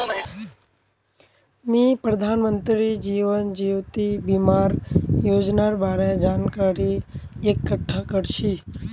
मी प्रधानमंत्री जीवन ज्योति बीमार योजनार बारे जानकारी इकट्ठा कर छी